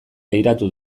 begiratu